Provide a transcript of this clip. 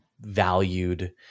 valued